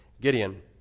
Gideon